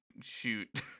shoot